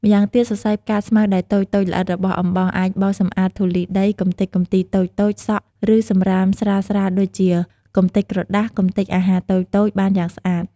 ម៉្យាងទៀត សរសៃផ្កាស្មៅដែលតូចៗ ល្អិត របស់អំបោស អាចបោសសម្អាតធូលីដី កម្ទេចកំទីតូចៗ សក់ ឬសំរាមស្រាលៗ ដូចជាកម្ទេចក្រដាស កម្ទេចអាហារតូចៗ បានយ៉ាងស្អាត។